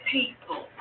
people